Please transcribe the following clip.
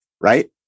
right